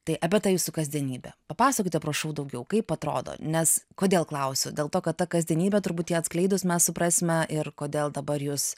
tai apie ta jūsų kasdienybę papasakokite prašau daugiau kaip atrodo nes kodėl klausiu dėl to kad ta kasdienybė turbūt ją atskleidus mes suprasime ir kodėl dabar jūs